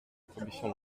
commission